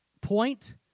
Point